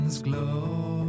glow